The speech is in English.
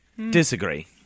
Disagree